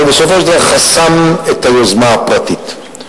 אבל בסופו של דבר חסם את היוזמה הפרטית,